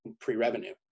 pre-revenue